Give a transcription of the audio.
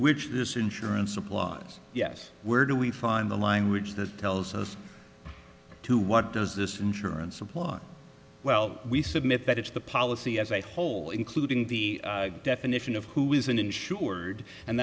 which this insurance applause yes where do we find the language that tells us to what does this insurance apply well we submit that it's the policy as a whole including the definition of who isn't insured and